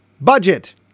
budget